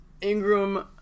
Ingram